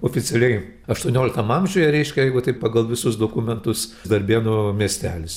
oficialiai aštuonioliktam amžiuje reiškia jeigu taip pagal visus dokumentus darbėnų miestelis